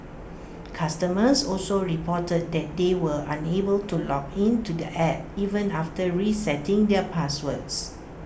customers also reported that they were were unable to log in to the app even after resetting their passwords